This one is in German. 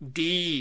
welche im